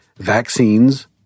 Vaccines